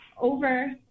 over